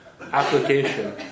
application